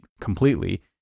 completely